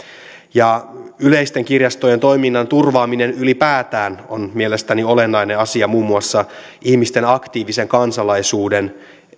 yleisten kirjastojen toiminnan turvaaminen ylipäätään on mielestäni olennainen asia muun maussa ihmisten aktiivisen kansalaisuuden